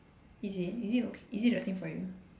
is it is it ok is it the same for you